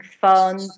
fun